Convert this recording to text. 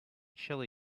chili